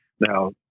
Now